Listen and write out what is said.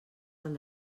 del